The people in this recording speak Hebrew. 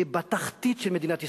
ובתחתית של מדינת ישראל.